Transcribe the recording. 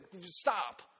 stop